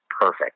perfect